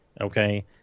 okay